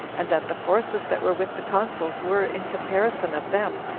and that the forces that were with the consuls were, in comparison of them,